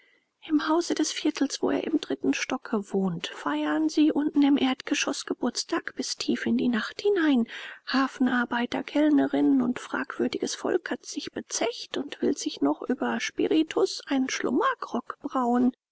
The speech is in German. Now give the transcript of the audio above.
im hause des viertels wo er im dritten stocke wohnt feiern sie unten im erdgeschoß geburtstag bis tief in die nacht hinein hafenarbeiter kellnerinnen und fragwürdiges volk hat sich bezecht und will sich noch über spiritus einen schlummergrog brauen